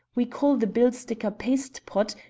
we call the bill-sticker paste-pot,